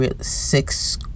six